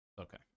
Okay